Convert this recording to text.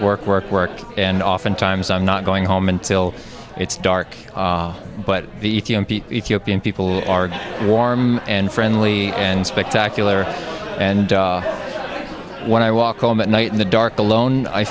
work work work and oftentimes i'm not going home until it's dark but the ethiopian people are warm and friendly and spectacular and when i walk home at night in the dark alone i